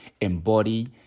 embody